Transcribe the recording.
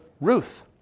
Ruth